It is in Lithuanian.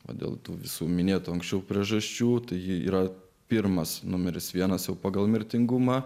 o dėl tų visų minėtų anksčiau priežasčių tai ji yra pirmas numeris vienas o pagal mirtingumą